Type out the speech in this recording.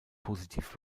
positiv